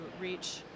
reach